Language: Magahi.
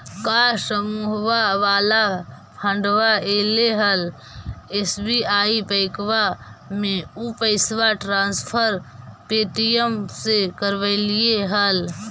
का समुहवा वाला फंडवा ऐले हल एस.बी.आई बैंकवा मे ऊ पैसवा ट्रांसफर पे.टी.एम से करवैलीऐ हल?